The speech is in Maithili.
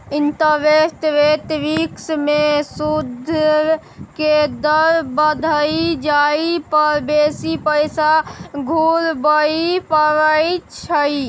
इंटरेस्ट रेट रिस्क में सूइद के दर बइढ़ जाइ पर बेशी पैसा घुरबइ पड़इ छइ